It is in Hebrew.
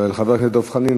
חבר הכנסת דב חנין,